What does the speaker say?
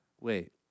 Wait